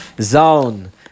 zone